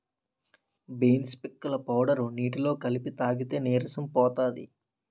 beans పిక్కల powder నీటిలో కలిపి తాగితే నీరసం పోతది